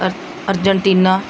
ਅਰ Argentina